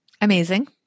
Amazing